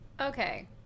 Okay